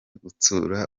gutsura